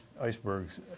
icebergs